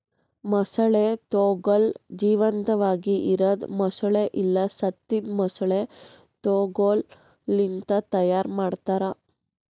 ಮೊಸಳೆ ತೊಗೋಲ್ ಜೀವಂತಾಗಿ ಇರದ್ ಮೊಸಳೆ ಇಲ್ಲಾ ಸತ್ತಿದ್ ಮೊಸಳೆ ತೊಗೋಲ್ ಲಿಂತ್ ತೈಯಾರ್ ಮಾಡ್ತಾರ